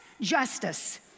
justice